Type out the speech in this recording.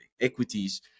equities